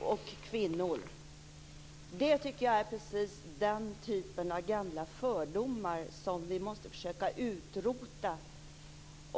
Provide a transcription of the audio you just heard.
och kvinnor. Det är precis den typen av gamla fördomar som vi måste försöka att utrota.